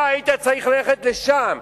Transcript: אתה היית צריך ללכת לשם.